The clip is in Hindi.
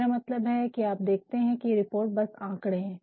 मेरा मतलब है कि आप देखते है ये रिपोर्ट बस आकड़े है